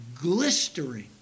glistering